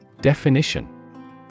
Definition